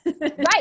Right